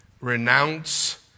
Renounce